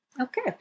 Okay